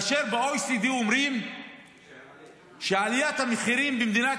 ב-OECD אומרים שעליית המחירים במדינת